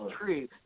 true